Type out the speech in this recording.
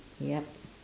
yup